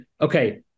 okay